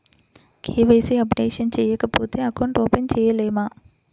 KYC updation చేయకపోతే account open చేయలేమా?